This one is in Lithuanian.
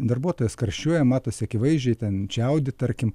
darbuotojas karščiuoja matosi akivaizdžiai ten čiaudi tarkim